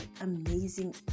amazing